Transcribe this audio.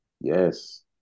Yes